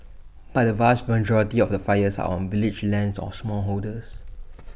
but the vast majority of the fires are on village lands or smallholders